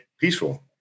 peaceful